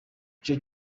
ico